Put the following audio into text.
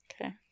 Okay